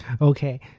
Okay